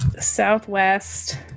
Southwest